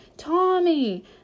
Tommy